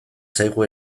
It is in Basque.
zaigu